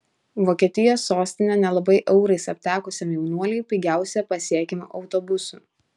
vokietijos sostinė nelabai eurais aptekusiam jaunuoliui pigiausiai pasiekiama autobusu